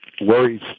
worries